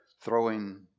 throwing